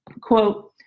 Quote